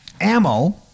ammo